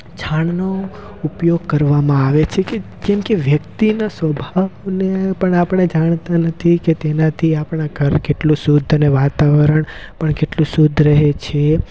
છાણનો ઉપયોગ કરવામાં આવે છે કે કેમ કે વ્યક્તિના સ્વભાવને પણ આપણે જાણતા નથી કે તેનાથી આપણા ઘર કેટલું શુદ્ધને વાતાવરણ પણ કેટલું શુદ્ધ રહે છે